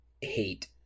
hate